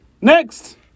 next